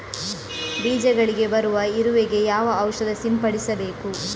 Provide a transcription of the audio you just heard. ಬೀಜಗಳಿಗೆ ಬರುವ ಇರುವೆ ಗೆ ಯಾವ ಔಷಧ ಸಿಂಪಡಿಸಬೇಕು?